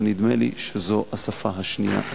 אבל נדמה שזו השפה השנייה,